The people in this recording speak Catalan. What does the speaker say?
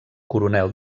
coronel